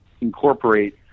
incorporate